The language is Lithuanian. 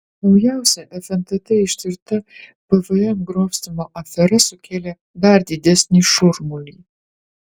naujausia fntt ištirta pvm grobstymo afera sukėlė dar didesnį šurmulį